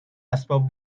اسباب